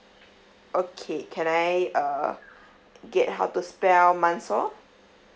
okay can I uh get how to spell mansor